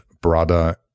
brother